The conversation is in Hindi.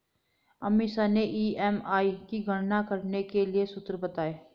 अमीषा ने ई.एम.आई की गणना करने के लिए सूत्र बताए